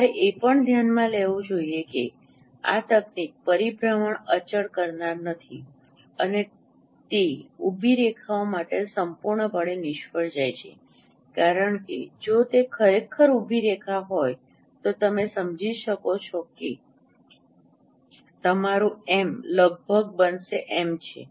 તમારે એ પણ ધ્યાનમાં લેવું જોઈએ કે આ તકનીક પરિભ્રમણ અચળ કરનાર નથી અને તે ઉભી રેખાઓ માટે સંપૂર્ણપણે નિષ્ફળ જાય છે કારણ કે જો તે ખરેખર ઉભી રેખા હોય તો તમે સમજી શકો કે તમારું એમ લગભગ બનશે એમ છે